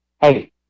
Hey